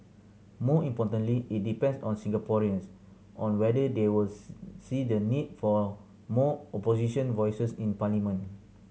more importantly it depends on Singaporeans on whether they were see the need for more Opposition voices in parliament